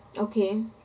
okay